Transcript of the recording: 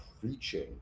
preaching